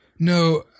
No